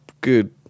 good